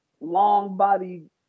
long-bodied